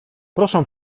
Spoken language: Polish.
proszę